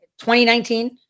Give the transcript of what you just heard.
2019